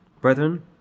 Brethren